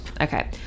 Okay